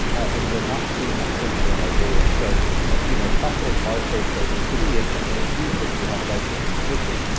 and we're not seeing that signal in our data. so you know hospitals are safe places to be. and and and if you think you have a life threatening condition,